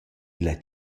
illa